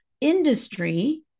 industry